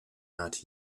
not